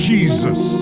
Jesus